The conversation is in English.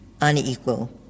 unequal